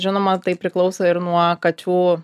žinoma tai priklauso ir nuo kačių